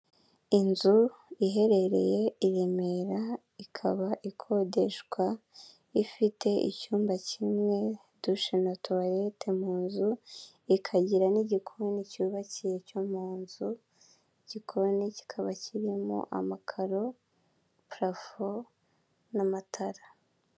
Inzu iherereye i Remera ikaba ikodeshwa ifite icyumba kimimwe dushe na tuwarete mu nzu ikagira n'igikoni cyubakiye cyo mu nzu igikoni kikaba kirimo amakaro, purafo n'amatara.